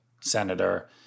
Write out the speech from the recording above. senator